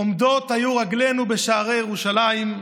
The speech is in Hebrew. עומדות היו רגלינו בשערי ירושלים,